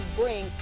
bring